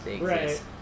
right